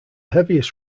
heaviest